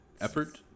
effort